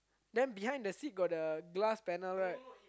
then behind the seat got the glass panel right